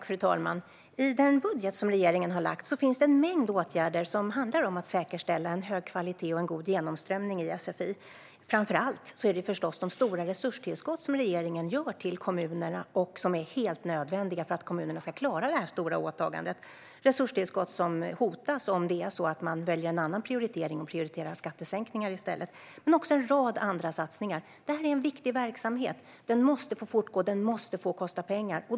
Fru talman! I den budget som regeringen har lagt fram finns en mängd åtgärder som handlar om att säkerställa hög kvalitet och god genomströmning i sfi. Framför allt handlar det förstås om de stora resurstillskott som regeringen gör till kommunerna. De är helt nödvändiga för att kommunerna ska klara detta stora åtagande. Dessa resurstillskott hotas om man väljer att prioritera skattesänkningar i stället. Det finns också en rad andra satsningar. Det här är en viktig verksamhet. Den måste få fortgå. Den måste få kosta pengar.